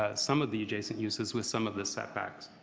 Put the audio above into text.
ah some of the adjacent uses with some of the setbacks.